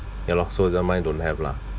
ya lah so is like mine don't have lah